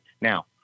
Now